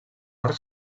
arc